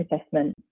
assessment